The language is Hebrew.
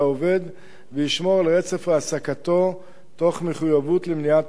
וישמור על רצף העסקתו תוך מחויבות למניעת פיטורים,